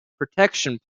protection